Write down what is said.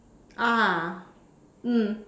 (uh huh) mm